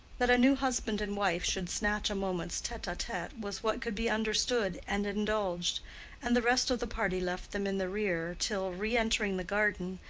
that a new husband and wife should snatch a moment's tete-a-tete was what could be understood and indulged and the rest of the party left them in the rear till, re-entering the garden,